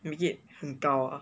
you make it 很高 ah